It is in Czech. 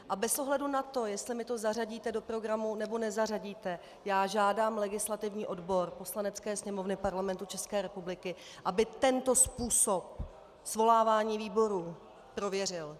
A bez ohledu na to, jestli mi to zařadíte do programu nebo nezařadíte, žádám legislativní odbor Poslanecké sněmovny Parlamentu České republiky, aby tento způsob svolávání výborů prověřil.